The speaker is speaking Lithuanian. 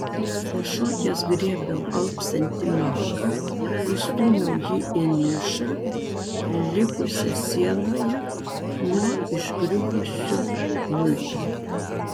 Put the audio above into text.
pašokęs griebiau alpstantį marką įstūmiau jį į nišą likusią sienoje nuo išgriuvusiu luito